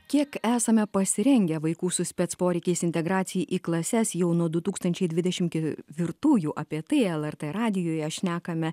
kiek esame pasirengę vaikų su sec poreikiais integracijai į klases jau nuo du tūkstančiai dvidešim kevirtųjų apie tai lrt radijuje šnekame